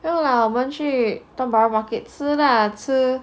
没有 lah 我们去 Tiong Bahru Market 吃 lah